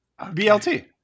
BLT